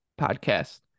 podcast